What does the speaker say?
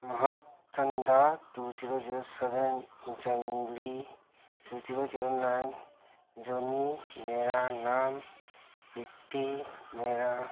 ꯃꯍꯥꯛ ꯆꯟꯗꯥ two zero zero seven ꯖꯪꯂꯤ ꯇꯨ ꯖꯤꯔꯣ ꯖꯤꯔꯣ ꯅꯥꯏꯟ ꯖꯣꯅꯤ ꯃꯦꯔꯥ ꯅꯥꯝ ꯔꯤꯇꯤ ꯃꯦꯔꯥ